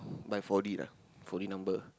buy four D lah four D number